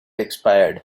expired